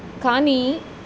కానీ